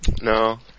No